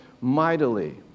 mightily